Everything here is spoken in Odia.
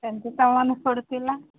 ସେମିତି ତ ମନେ ପଡ଼ୁଥିଲା